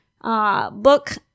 book